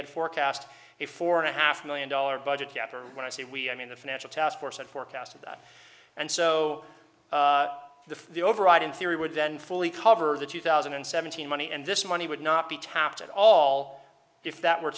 had forecast a four and a half million dollar budget gap or when i say we i mean the financial task force had forecast of that and so the the overriding theory would then fully cover the two thousand and seventeen money and this money would not be tapped at all if that were